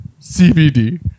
CBD